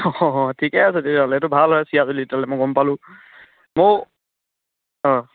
অঁ ঠিকে আছে তেতিয়াহ'লে এইটো ভাল হয় চিৰাজুলি তেতিয়াহ'লে মই গম পালোঁ ময়ো অঁ